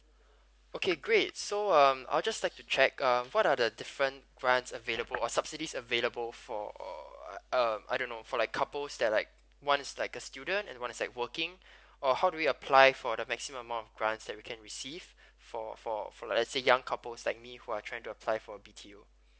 okay great so um I'll just like to check uh what are the different grant available or subsidies available for uh um I don't know for like couples that like one is like a student and one is like working or how do we apply for the maximum amount of grants that we can receive for for for like let's say young couples like me who are trying to apply for B_T_O